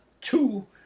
two